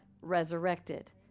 Resurrected